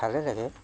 ভালে লাগে